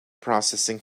processing